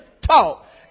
talk